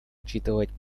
учитывать